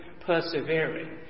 persevering